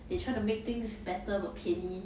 they try to make things better but 便宜